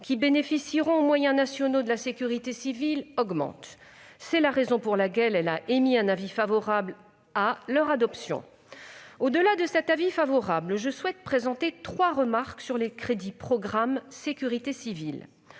qui bénéficieront aux moyens nationaux de la sécurité civile augmentent. C'est la raison pour laquelle elle a émis un avis favorable à leur adoption. Au-delà de cet avis favorable, je formulerai trois remarques sur les crédits du programme 161, « Sécurité civile